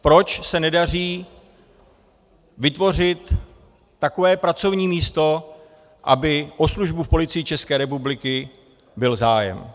Proč se nedaří vytvořit takové pracovní místo, aby o službu v Policii České republiky byl zájem?